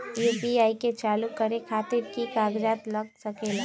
UPI के चालु करे खातीर कि की कागज़ात लग सकेला?